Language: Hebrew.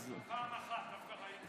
פעם אחת.